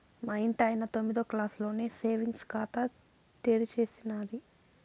మా ఇంటాయన తొమ్మిదో క్లాసులోనే సేవింగ్స్ ఖాతా తెరిచేసినాది